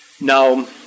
Now